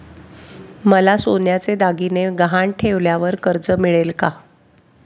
मला सोन्याचे दागिने गहाण ठेवल्यावर कर्ज मिळेल का?